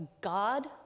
God